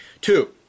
Two